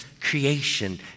creation